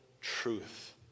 truth